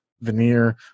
veneer